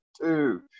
two